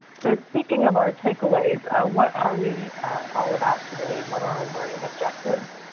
so speaking of our take-aways, what are we all about today and what are our and learning objectives?